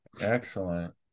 excellent